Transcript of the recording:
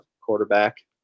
quarterback